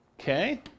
Okay